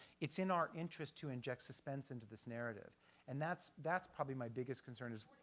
it's in our interest to inject suspense into this narrative and that's that's probably my biggest concern is